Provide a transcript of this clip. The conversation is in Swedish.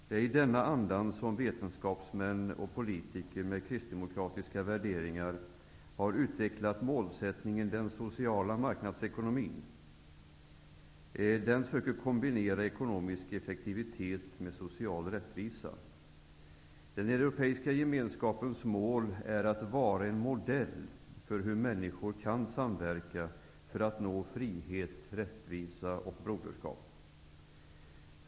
Det är i denna anda som vetenskapsmän och politiker med kristdemokratiska värderingar har utvecklat målsättningen ''den sociala marknadsekonomin''. Den söker kombinera ekonomisk effektivitet med social rättvisa. Den europeiska gemenskapens mål är att vara en modell för hur människor kan samverka för att nå frihet, rättvisa och broderskap.